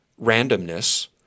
randomness